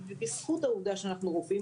בזכות העובדה שאנחנו רופאים,